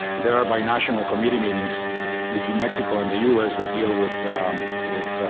there are binational committee meetings between mexico and the us that deal with with